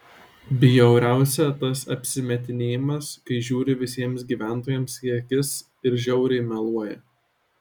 bjauriausia tas apsimetinėjimas kai žiūri visiems gyventojams į akis ir žiauriai meluoja